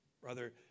Brother